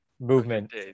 movement